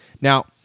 Now